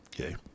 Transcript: okay